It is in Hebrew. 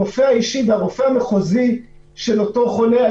הרופא האישי והרופא המחוזי של אותו חולה,